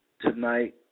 tonight